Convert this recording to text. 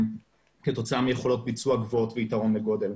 כתוצאה מיכולות ביצוע גבוהות ויתרון לגודל,